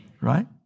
Right